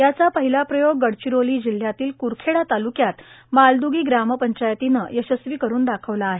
याचा पहिला प्रयोग गडचिरोली जिल्ह्यातील क्रखेडा ताल्क्यात मालद्गी ग्राम पंचायत ने यशस्वी करून दाखविलं आहे